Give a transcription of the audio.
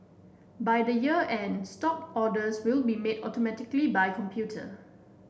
by the year end stock orders will be made automatically by computer